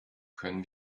können